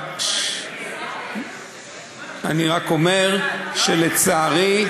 אני רק אומר שלצערי,